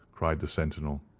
cried the sentinel.